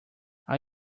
are